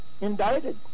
indicted